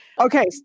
Okay